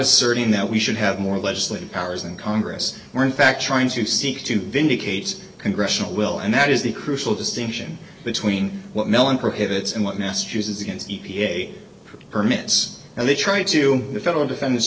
asserting that we should have more legislative powers in congress were in fact trying to seek to vindicate congressional will and that is the crucial distinction between what mellon prohibits and what massachusetts against e p a permits and they try to the federal defend